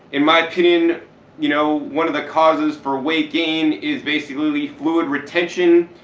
in my opinion you know one of the causes for weight gain is basically fluid retention,